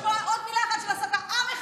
עם אחד